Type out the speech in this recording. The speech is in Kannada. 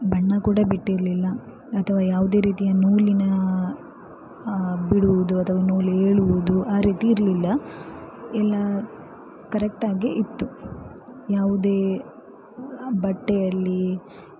ಬಣ್ಣ ಕೂಡ ಬಿಟ್ಟಿರಲಿಲ್ಲ ಅಥವಾ ಯಾವುದೇ ರೀತಿಯ ನೂಲಿನ ಬಿಡುವುದು ಅಥವಾ ನೂಲು ಏಳುವುದು ಆ ರೀತಿ ಇರಲಿಲ್ಲ ಎಲ್ಲ ಕರೆಕ್ಟಾಗೇ ಇತ್ತು ಯಾವುದೇ ಬಟ್ಟೆಯಲ್ಲಿ